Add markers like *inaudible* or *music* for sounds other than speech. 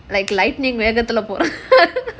like lightning வேகத்துல போனும்:vegathula ponum *laughs*